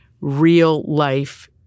real-life